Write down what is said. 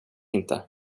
inte